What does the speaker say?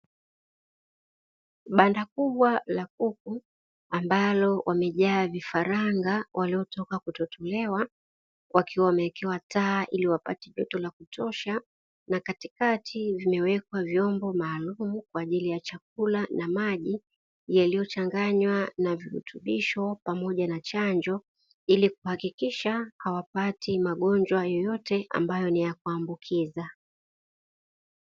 Banda kubwa la kuku ambalo wamejaa vifaranga waliotoka kutotolewa wakiwa wamewekewa taa ili wapate joto la kutosha na katikati vimewekwa vyombo maalumu kwajili ya chakula na maji yaliyo changanywa na virutubisho pamoja na chanjo ili kuhakikisha hawapati magonjwa yoyote ambayo ni ya kuambukiza.